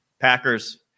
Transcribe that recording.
Packers